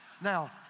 Now